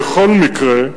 בכל מקרה,